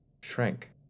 shrank